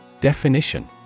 Definition